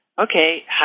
okay